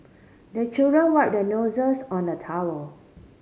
the children wipe their noses on the towel